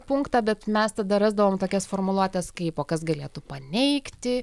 punktą bet mes tada rasdavom tokias formuluotes kaip o kas galėtų paneigti